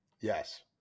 Yes